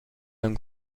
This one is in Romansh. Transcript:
aunc